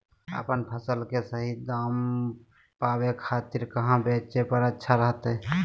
अपन फसल के सही दाम पावे खातिर कहां बेचे पर अच्छा रहतय?